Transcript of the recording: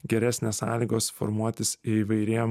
geresnės sąlygos formuotis įvairiem